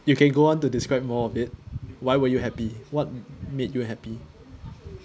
you can go on to describe more of it why were you happy what made you happy